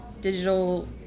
digital